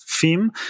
theme